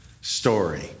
story